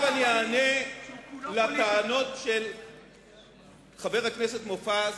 עכשיו אני אענה על הטענות של חבר הכנסת מופז,